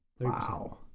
Wow